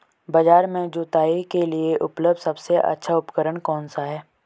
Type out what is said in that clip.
बाजार में जुताई के लिए उपलब्ध सबसे अच्छा उपकरण कौन सा है?